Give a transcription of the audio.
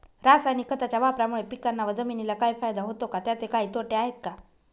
रासायनिक खताच्या वापरामुळे पिकांना व जमिनीला काही फायदा होतो का? त्याचे काही तोटे आहेत का?